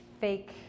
fake